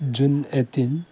June eighteen